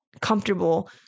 comfortable